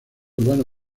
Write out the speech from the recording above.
urbano